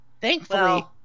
thankfully